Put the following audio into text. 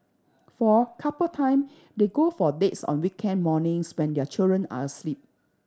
for couple time they go for dates on weekend mornings when their children are asleep